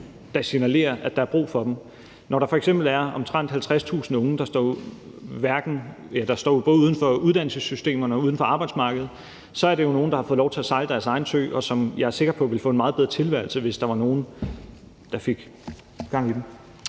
der signalerer, at der er brug for dem. Når der f.eks. er omtrent 50.000 unge, der står uden for både uddannelsessystemet og arbejdsmarkedet, er det jo, fordi der er nogle, der har fået lov til at sejle deres egen sø, og som jeg er sikker på vil få en meget bedre tilværelse, hvis der var nogle, der fik gang i dem.